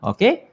Okay